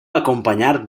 acompanyar